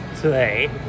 today